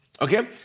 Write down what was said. okay